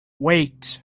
wait